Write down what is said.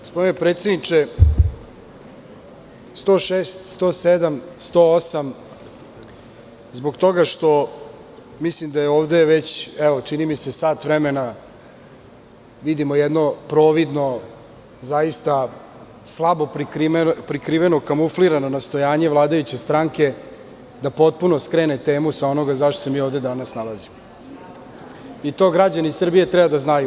Gospodine predsedniče, 106, 107, 108, zbog toga što mislim da je ovde već čini mi se sat vremena vidimo jedno providno, slabo prikriveno, kamuflirano nastojanje vladajuće stranke da potpuno skrene temu sa onoga zašta se mi ovde danas nalazimo, to građani Srbije treba da znaju.